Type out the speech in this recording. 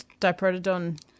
Diprotodon